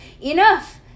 Enough